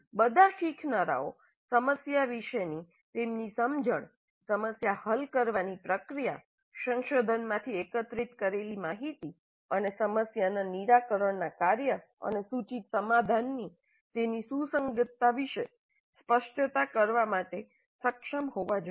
બધા શીખનારાઓ સમસ્યા વિષેની તેમની સમજણ સમસ્યા હલ કરવાની પ્રક્રિયા સંશોધનમાંથી એકત્રિત કરેલી માહિતી અને સમસ્યાનાં નિરાકરણના કાર્ય અને સૂચિત સમાધાનની તેની સુસંગતતા વિશે સ્પષ્ટતા કરવા માટે સક્ષમ હોવા જોઈએ